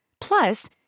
Plus